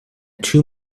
too